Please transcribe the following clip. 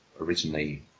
originally